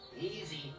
Easy